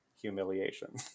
humiliation